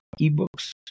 ebooks